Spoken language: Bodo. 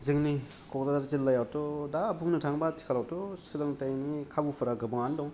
जोंनि क'कराझार जिल्लायावथ' दा बुंनो थाङोब्ला आथिखालावथ' सोलोंथायनि खाबुफोरा गोबाङानो दं